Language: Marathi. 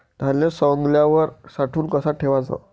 धान्य सवंगल्यावर साठवून कस ठेवाच?